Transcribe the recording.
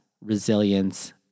resilience